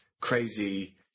crazy